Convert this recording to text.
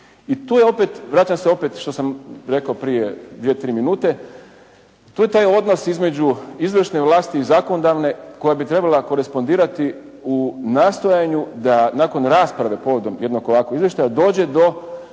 I tu je opet, vraćam se opet što sam rekao prije 2-3 minute, tu je taj odnos između izvršne vlasti i zakonodavne koja bi trebala korespondirati u nastojanju da nakon rasprave povodom jednog ovakvog izvještaja dođe do